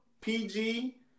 PG